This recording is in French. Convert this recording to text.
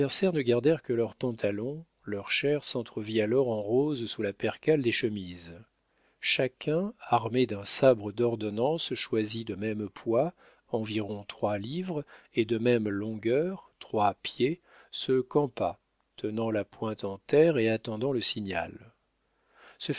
ne gardèrent que leurs pantalons leur chair s'entrevit alors en rose sous la percale des chemises chacun armé d'un sabre d'ordonnance choisi de même poids environ trois livres et de même longueur trois pieds se campa tenant la pointe en terre et attendant le signal